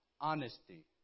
Honesty